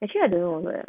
actually I don't know leh